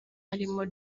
barimo